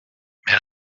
mais